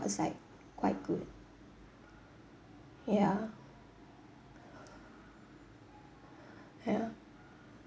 was like quite good ya ya